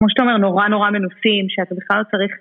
כמו שאתה אומר, נורא נורא מנוסים, שאתה בכלל לא צריך...